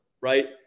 right